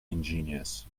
ingenious